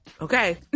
okay